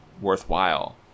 worthwhile